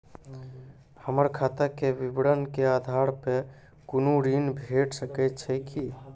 हमर खाता के विवरण के आधार प कुनू ऋण भेट सकै छै की?